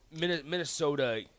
Minnesota